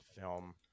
film